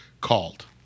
Called